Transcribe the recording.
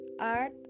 Art